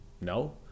no